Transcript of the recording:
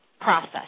process